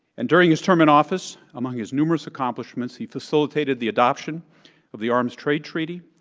and during his term in office, among his numerous accomplishments, he facilitated the adoption of the arms trade treaty,